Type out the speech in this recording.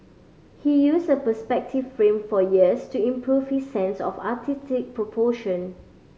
he used a perspective frame for years to improve his sense of artistic proportion